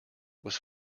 was